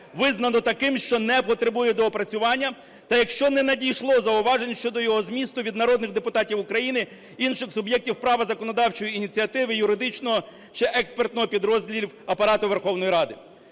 визнано таким, що не потребує доопрацювання та якщо не надійшло зауважень щодо його змісту від народних депутатів України, інших суб'єктів права законодавчої ініціативи, юридичного чи експертного підрозділів Апарату Верховної Ради.